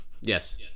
Yes